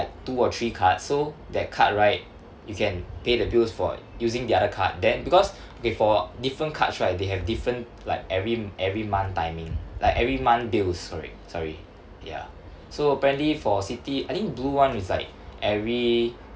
like two or three cards so that card right you can pay the bills for using the other card then because okay for different cards right they have different like every every month timing like every month bills sorry sorry ya so apparently for citi I think blue one is like every